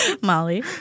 Molly